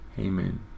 amen